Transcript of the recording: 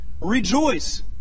rejoice